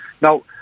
Now